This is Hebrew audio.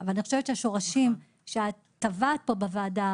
אבל אני חושבת שהשורשים שאת טבעת פה בוועדה